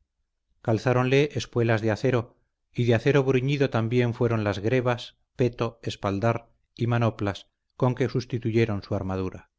solemnes calzáronle espuelas de acero y de acero bruñido también fueron las grevas peto espaldar y manoplas con que sustituyeron su armadura